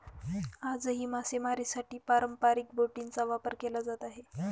आजही मासेमारीसाठी पारंपरिक बोटींचा वापर केला जात आहे